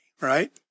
right